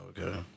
Okay